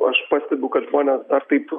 aš pastebiu kad žmonės dar taip